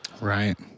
Right